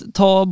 ta